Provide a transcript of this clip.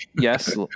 Yes